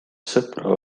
sõpru